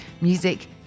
Music